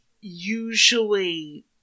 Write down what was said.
usually